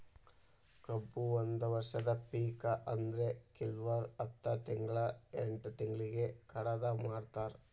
ಕಬ್ಬು ಒಂದ ವರ್ಷದ ಪಿಕ ಆದ್ರೆ ಕಿಲ್ವರು ಹತ್ತ ತಿಂಗ್ಳಾ ಎಂಟ್ ತಿಂಗ್ಳಿಗೆ ಕಡದ ಮಾರ್ತಾರ್